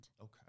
Okay